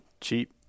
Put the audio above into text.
cheap